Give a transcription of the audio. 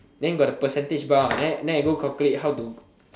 then got the percentage bar then then I go calculate how to